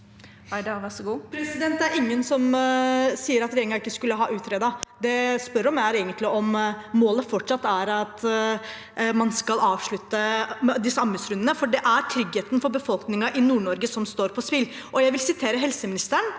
Det er ingen som sier at regjeringen ikke skulle ha utredet. Det jeg spør om, er egentlig om målet fortsatt er at man skal avslutte disse anbudsrundene – for det er tryggheten for befolkningen i Nord-Norge som står på spill. Jeg vil sitere helseministeren,